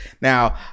Now